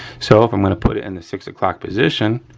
so, if i'm gonna put it in the six o'clock position,